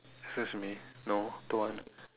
excuse me no don't want